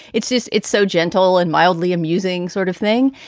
it's just it's so gentle and mildly amusing sort of thing.